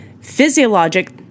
Physiologic